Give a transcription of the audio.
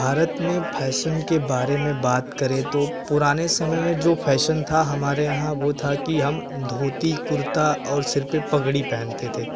भारत में फैशन के बारे में बात करें तो पुराने समय में जो फैशन था हमारे यहाँ वह था कि हम धोती कुर्ता और सिर पर पगड़ी पहनते थे